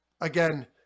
again